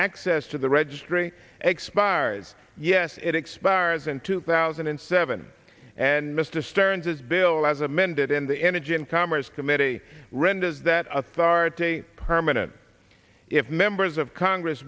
access to the registry expires yes it expires in two thousand and seven and mr stearns is bill as amended in the energy and commerce committee renders that authority permanent if members of congress